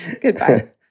Goodbye